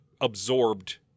absorbed